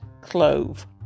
clove